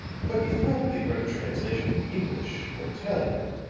but you've probably read a translation in the english or italian,